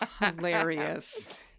hilarious